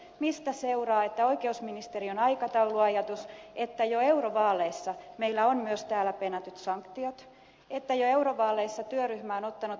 tästä seuraa että oikeusministeriön aikatauluajatus toteutuu että jo eurovaaleissa meillä on myös täällä penätyt sanktiot että jo eurovaaleissa työryhmä on ottanut ed